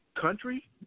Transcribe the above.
country